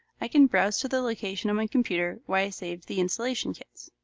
i can browse to the location on my computer where i saved the installation kits.